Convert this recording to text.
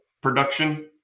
production